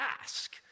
ask